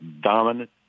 dominant